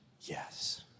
yes